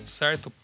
certo